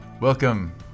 Welcome